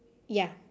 ya